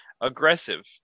Aggressive